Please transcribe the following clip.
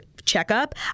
checkup